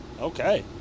okay